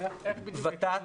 ות"ת